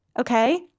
okay